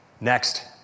Next